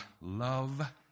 love